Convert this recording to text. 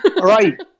Right